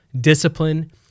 discipline